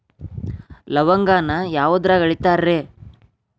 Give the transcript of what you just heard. ಲವಂಗಾನ ಯಾವುದ್ರಾಗ ಅಳಿತಾರ್ ರೇ?